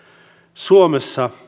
suomessa